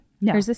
No